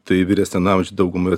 tai vyresnian amžiuj dauguma